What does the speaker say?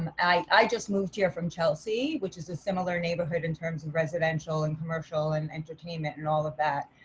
um i just moved here from chelsea, which is a similar neighborhood in terms of and residential and commercial and entertainment and all of that.